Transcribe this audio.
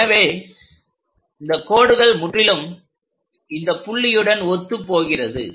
எனவே இந்த கோடுகள் முற்றிலும் இந்த புள்ளியுடன் ஒத்துப்போகிறது